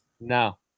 No